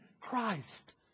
Christ